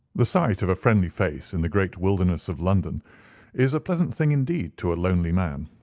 the sight of a friendly face in the great wilderness of london is a pleasant thing indeed to a lonely man.